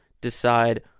decide